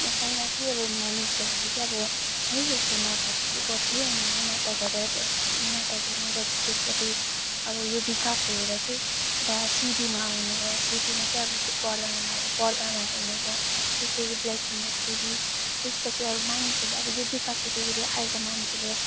अब पहिला चाहिँ मानिसहरूले चाहिँ अब है यसो नाटकहरू गर्थे उनीहरूले नाटकहरू हेरेर नाटक हेर्ने गर्थे त्यसबाट अब यो विकास भएर चाहिँ एउटा सिडीमा आउने भयो सिडीमा चाहिँ अब त्यो पर्दामा बनाएर पर्दामा हेर्ने भयो त्यसपछि ब्ल्याक एन्ड व्हाइट टिभी त्यसपछि अब मानिसहरूले अब यो विकास हुँदै हुँदै अहिले त मानिसहरूले